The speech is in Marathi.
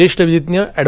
ज्येष्ठ विधिज्ञ अॅड